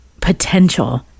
potential